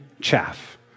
chaff